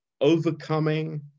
overcoming